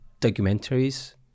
documentaries